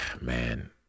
man